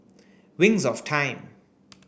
Wings of Time